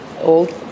old